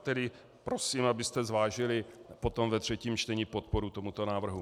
Tedy prosím, abyste zvážili potom ve třetím čtení podporu tomuto návrhu.